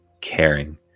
caring